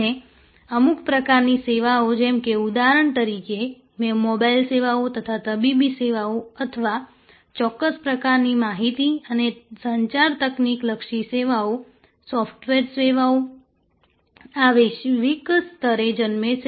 અને અમુક પ્રકારની સેવાઓ જેમ કે ઉદાહરણ તરીકે મોબાઇલ સેવાઓ અથવા તબીબી સેવાઓ અથવા ચોક્કસ પ્રકારની માહિતી અને સંચાર તકનીક લક્ષી સેવાઓ સોફ્ટવેર સેવાઓ આ વૈશ્વિક સ્તરે જન્મે છે